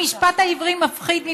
המשפט העברי מפחיד,